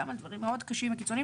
גם על דברים מאוד קשים וקיצוניים,